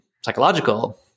psychological